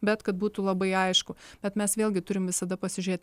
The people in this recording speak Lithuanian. bet kad būtų labai aišku bet mes vėlgi turim visada pasižėt